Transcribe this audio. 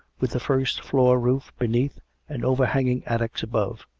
with the first floor roof beneath and overhanging at tics above.